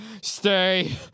stay